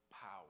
power